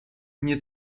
nie